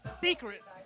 Secrets